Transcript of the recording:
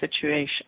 situation